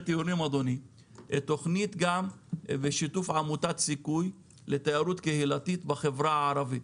הטיולים בשיתוף עמותת "סיכוי לתיירות קהילתית בחברה הערבית".